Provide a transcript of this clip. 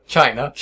China